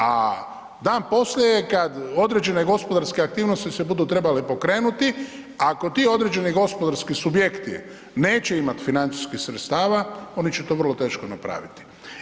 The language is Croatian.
A danas poslije je kad određene gospodarske aktivnosti se budu trebale pokrenuti, ako ti određeni gospodarski subjekti neće imati financijskih sredstava, oni će to vrlo teško napraviti.